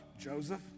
Joseph